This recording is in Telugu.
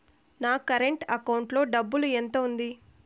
నా కరెంట్ అకౌంటు లో డబ్బులు ఎంత ఉంది?